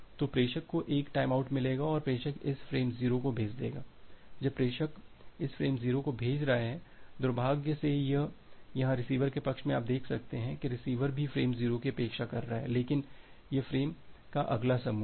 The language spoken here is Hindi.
तो प्रेषक को एक टाइमआउट मिलेगा और प्रेषक इस फ़्रेम 0 को भेज देगा जब प्रेषक इस फ़्रेम 0 को भेज रहा है दुर्भाग्य से यहाँ रिसीवर के पक्ष में आप देख सकते हैं कि रिसीवर भी फ़्रेम 0 की अपेक्षा कर रहा है लेकिन यह फ्रेम का अगला समूह है